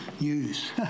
news